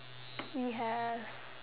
we have